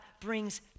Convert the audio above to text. brings